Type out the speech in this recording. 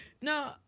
No